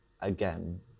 again